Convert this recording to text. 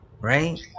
right